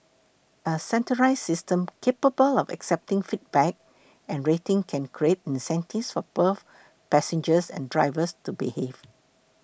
a centralised system capable of accepting feedback and rating can create incentives for both passengers and drivers to behave